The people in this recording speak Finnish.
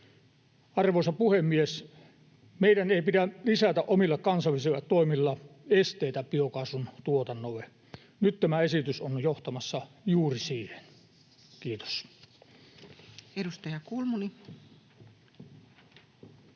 Arvoisa puhemies! Meidän ei pidä lisätä omilla kansallisilla toimillamme esteitä biokaasun tuotannolle. Nyt tämä esitys on johtamassa juuri siihen. — Kiitos. Edustaja Kulmuni. Arvoisa